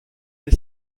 des